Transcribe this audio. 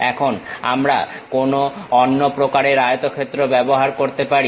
এখন আমরা কোনো অন্য প্রকারের আয়তক্ষেত্র ব্যবহার করতে পারি